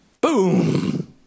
boom